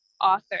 author